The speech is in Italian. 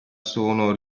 sono